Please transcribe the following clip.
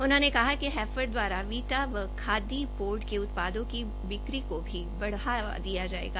उन्होंने कहा कि हैफेड दवारा वीटा व खादी बोर्ड के उत्पादों की बिक्री को भी बढ़ाया जाएगा